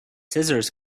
scissors